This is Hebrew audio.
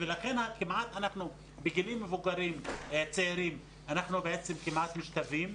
בגילאים צעירים אנחנו כמעט משתווים,